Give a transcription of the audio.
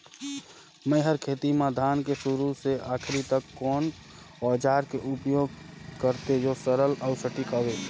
मै हर खेती म धान के शुरू से आखिरी तक कोन औजार के उपयोग करते जो सरल अउ सटीक हवे?